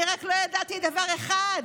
אני רק לא ידעתי דבר אחד,